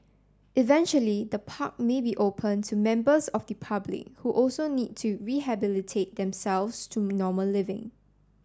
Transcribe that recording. eventually the park may be open to members of the public who also need to rehabilitate themselves to normal living